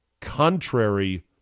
contrary